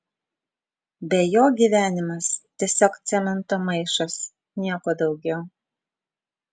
be jo gyvenimas tiesiog cemento maišas nieko daugiau